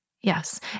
Yes